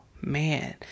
man